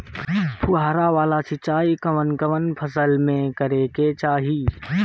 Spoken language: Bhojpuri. फुहारा वाला सिंचाई कवन कवन फसल में करके चाही?